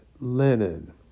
linen